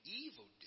evil